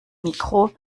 mikro